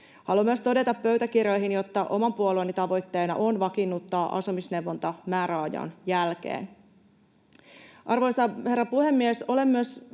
Haluan myös todeta pöytäkirjoihin, että oman puolueeni tavoitteena on vakiinnuttaa asumisneuvonta määräajan jälkeen. Arvoisa herra puhemies! Olen myös